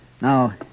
Now